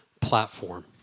platform